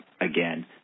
again